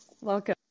welcome